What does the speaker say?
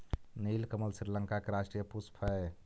नीलकमल श्रीलंका के राष्ट्रीय पुष्प हइ